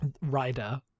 rider